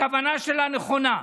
הכוונה שלה נכונה.